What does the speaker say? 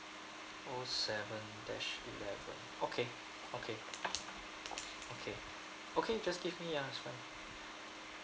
oh seven dash eleven okay okay okay okay just give me uh as well